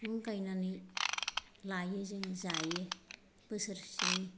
बेखौ गायनानै लायो जों जायो बोसोर सेनि